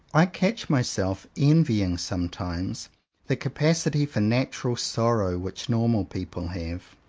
i catch myself envying sometimes the capacity for natural sorrow which normal people have.